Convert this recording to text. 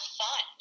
fun